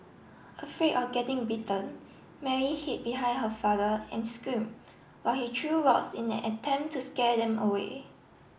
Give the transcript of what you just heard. afraid of getting bitten Mary hid behind her father and screamed while he threw rocks in an attempt to scare them away